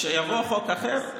כשיבוא חוק אחר,